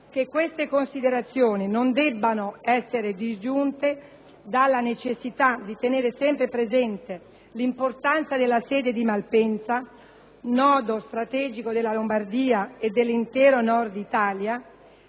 che queste considerazioni non debbano essere disgiunte dalla necessità di tenere sempre presente l'importanza della sede di Malpensa, nodo strategico della Lombardia e dell'intero Nord Italia,